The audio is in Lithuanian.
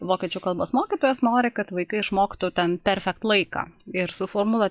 vokiečių kalbos mokytojas nori kad vaikai išmoktų ten perfekt laiką ir suformuluoja